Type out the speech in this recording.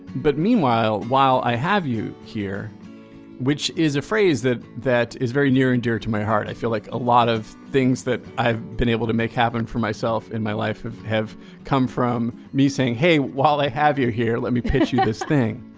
but meanwhile, while i have you here which is a phrase that that is very near and dear to my heart i feel like a lot of things that i've been able to make happen for myself in my life have come from me saying, hey, while i have you here, let me pitch you this thing.